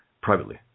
privately